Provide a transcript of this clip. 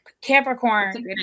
Capricorn